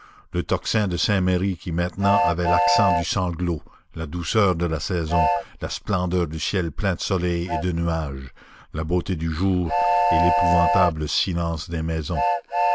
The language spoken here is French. le tocsin de saint-merry qui maintenant avait l'accent du sanglot la douceur de la saison la splendeur du ciel plein de soleil et de nuages la beauté du jour et l'épouvantable silence des maisons